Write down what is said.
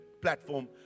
platform